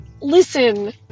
listen